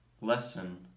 lesson